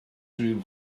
rhyw